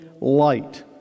light